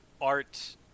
art